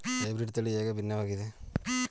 Hybrid ತಳಿ ಹೇಗೆ ಭಿನ್ನವಾಗಿದೆ?